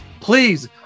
please